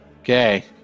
okay